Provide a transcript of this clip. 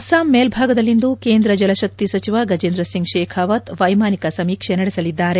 ಅಸ್ಸಾಂ ಮೇಲ್ಬಾಗದಲ್ಲಿಂದು ಕೇಂದ್ರ ಜಲಶಕ್ತಿ ಸಚಿವ ಗಜೇಂದ್ರ ಸಿಂಗ್ ಶೇಖಾವತ್ ವೈಮಾನಿಕ ಸಮೀಕ್ಷೆ ನಡೆಸಲಿದ್ದಾರೆ